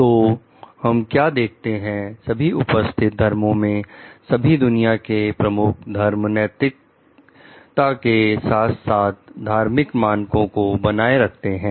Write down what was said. तो हम क्या देखते हैं सभी उपस्थित धर्मों में सभी दुनिया के प्रमुख धर्म नैतिक के साथ साथ धार्मिक मानको को बनाए रखते हैं